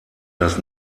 dass